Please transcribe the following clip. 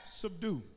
subdue